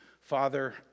Father